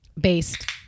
based